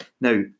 Now